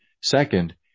Second